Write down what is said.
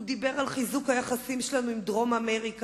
הוא דיבר על חיזוק היחסים שלנו עם דרום-אמריקה.